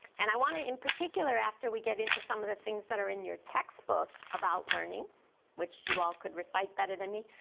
and i want to, in particular after we get into some of the things that are in your textbook about learning which you all could recite better than me,